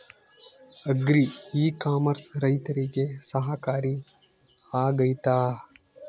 Agri e commerce ರೈತರಿಗೆ ಸಹಕಾರಿ ಆಗ್ತೈತಾ?